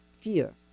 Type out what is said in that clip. fear